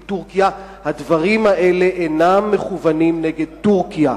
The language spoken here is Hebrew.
טורקיה: הדברים האלה אינם מכוונים נגד טורקיה,